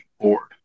board